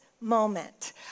moment